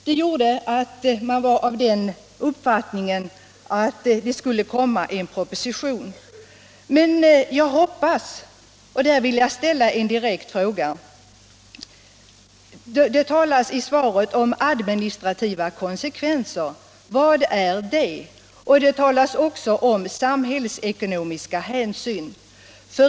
Det gjorde att man fick uppfattningen att det skulle komma en proposition. I svaret talar socialministern om administrativa konsekvenser, och jag vill ställa en direkt fråga: Vad är det? Han talar också om samhällsekonomiska hänsyn.